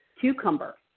cucumber